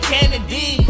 Kennedy